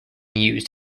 used